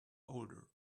older